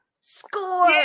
Score